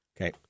Okay